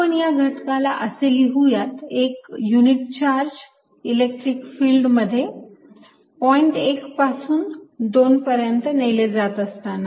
आपण या घटकाला असे लिहूयात एक युनिट चार्ज इलेक्ट्रिक फिल्डमध्ये पॉईंट 1 पासून 2 पर्यंत नेली जात असताना